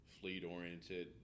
fleet-oriented